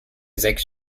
sechs